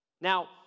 Now